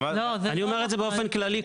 כמובן, אני אומר את זה באופן כללי.